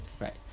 right